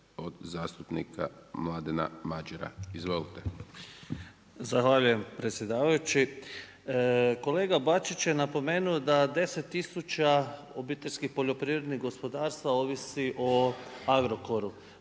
od zastupnika Mladena Madjera. Izvolite. **Madjer, Mladen (HSS)** Zahvaljujem predsjedavajući. Kolega Bačić je napomenuo da 10000 obiteljskih poljoprivrednih gospodarstva ovisi o Agrokoru.